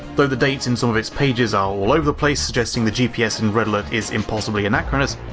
though the dates in some of its pages are all over the place, suggesting the gps in red alert is impossibly anachronous,